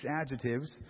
adjectives